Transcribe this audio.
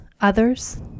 others